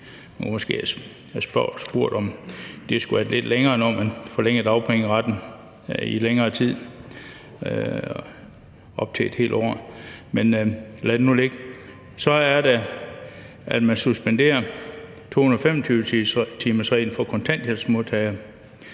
kunne måske have spurgt, om det skulle have været lidt længere, når man forlænger dagpengeretten i længere tid, op til et helt år. Men lad det nu ligge. Så er der, at man suspenderer 225-timersreglen for kontanthjælpsmodtagere.